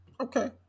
Okay